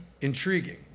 intriguing